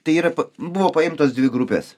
tai yra buvo paimtos dvi grupės